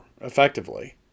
effectively